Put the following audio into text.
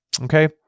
Okay